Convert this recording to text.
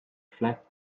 flap